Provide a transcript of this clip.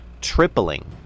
tripling